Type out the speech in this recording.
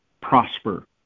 prosper